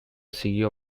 siguió